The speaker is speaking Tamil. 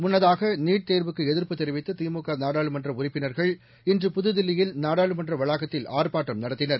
முள்ளதாக நீட் தேர்வுக்கு எதிர்ப்பு தெரிவித்து திமுக நாடாளுமன்ற உறுப்பினர்கள் இன்று புதுதில்லியில் நாடாளுமன்ற வளாகத்தில் ஆர்ப்பாட்டம் நடத்தினர்